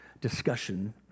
discussion